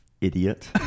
idiot